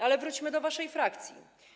Ale wróćmy do waszej frakcji.